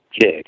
jig